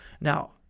now